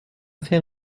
fait